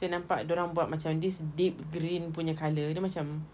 saya nampak dorang buat macam this deep green punya colour dia macam